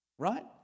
right